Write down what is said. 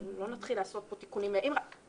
אבל לא נתחיל לעשות בו תיקונים --- כי